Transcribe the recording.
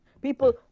People